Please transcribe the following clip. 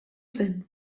zen